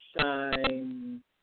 Shine